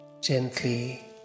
gently